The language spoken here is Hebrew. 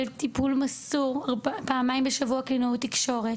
טיפול מסור פעמיים בשבוע קלינאית תקשורת